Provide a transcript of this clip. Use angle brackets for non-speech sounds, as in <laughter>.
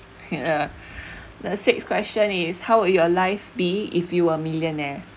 yeah <breath> the sixth question is how will your life be if you were millionaire